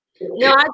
No